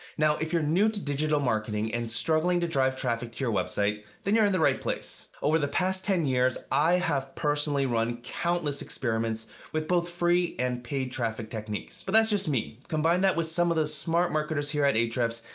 now, if you're new to digital marketing and struggling to drive traffic to your website, then you're in the right place. over the past ten years, i have personally run countless experiments with both free and paid traffic techniques. but that's just me. combine that with some of the smart marketers here at ahrefs,